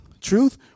Truth